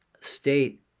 state